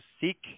seek